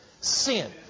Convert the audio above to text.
Sin